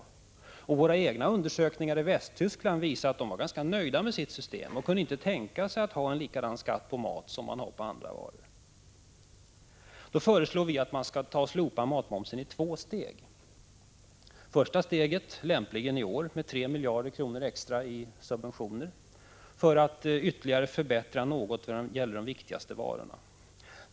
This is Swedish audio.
Våra egna undersökningar i Västtyskland visar att man där är ganska nöjd med sitt system och inte kan tänka sig att ha en likadan skatt på mat som man har på andra varor. Nu föreslår vi att matmomsen skall slopas i två steg. Första steget lämpligen i år med 3 miljarder kronor extra i subventioner för att ytterligare förbättra något när det gäller de viktigaste varorna.